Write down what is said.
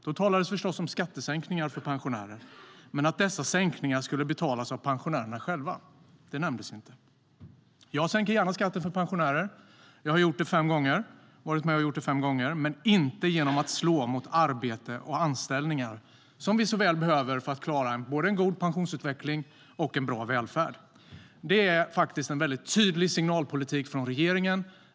Det talades förstås om skattesänkningar för pensionärer, men att dessa sänkningar skulle betalas av pensionärerna själva nämndes inte. Det är tydlig signalpolitik från regeringen.